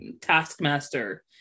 Taskmaster